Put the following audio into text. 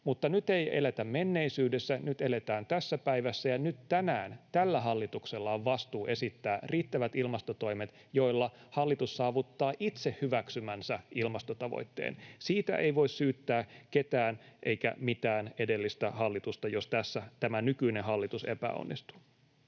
Mutta nyt ei eletä menneisyydessä. Nyt eletään tässä päivässä, ja nyt tänään tällä hallituksella on vastuu esittää riittävät ilmastotoimet, joilla hallitus saavuttaa itse hyväksymänsä ilmastotavoitteen. Siitä ei voi syyttää ketään eikä mitään edellistä hallitusta, jos tässä tämä nykyinen hallitus epäonnistuu.